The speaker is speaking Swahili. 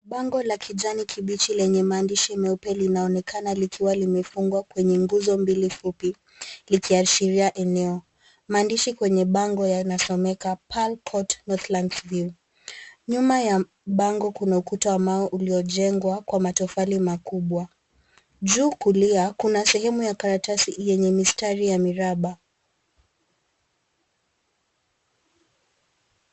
Bango la kijani kibichi lenye maandishi meupe linaonekana likiwa limefungwa kwenye nguzo mbili fupi likiashiria eneo. Maandishi kwenye yana someka Pal Court Landsview . Nyuma ya bango kuna ukuta wa mawe uliojengwa matofali makubwa, juu kulia kuna sehemu ya karatasi yenye mistari ya miraba.